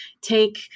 take